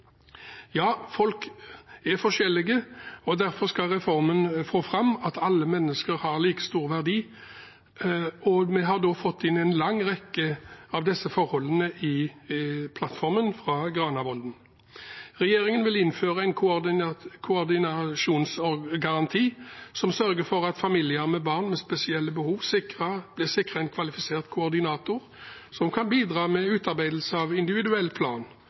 Ja, folk er forskjellige, og derfor skal reformen få fram at alle mennesker har like stor verdi. Vi har fått en lang rekke av disse forholdene inn i plattformen fra Granavolden. Regjeringen vil innføre en koordinasjonsgaranti som sørger for at familier med barn med spesielle behov sikres en kvalifisert koordinator, som kan bidra med utarbeidelse av individuell plan